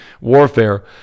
warfare